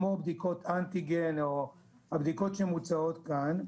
כמו בדיקות אנטיגן או הבדיקות שמוצעות כאן,